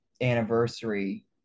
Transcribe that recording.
anniversary